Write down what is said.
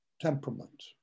temperament